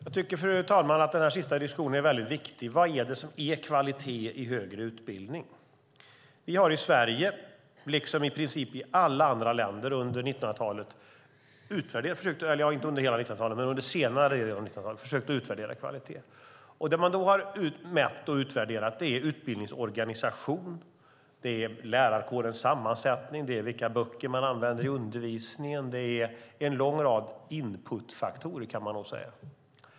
Fru talman! Jag tycker att den sista diskussionen är väldigt viktig. Vad är det som är kvalitet i högre utbildning? Vi har i Sverige, liksom i princip i alla andra länder under senare delen av 1900-talet, försökt utvärdera kvalitet. Det man då har mätt och utvärderat är utbildningsorganisation, lärarkårens sammansättning och vilka böcker som används i undervisningen. Man kan säga att det är en lång rad inputfaktorer.